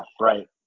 right